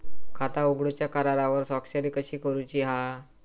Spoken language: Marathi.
खाता उघडूच्या करारावर स्वाक्षरी कशी करूची हा?